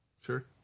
Sure